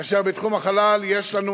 כאשר בתחום החלל יש לנו